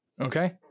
Okay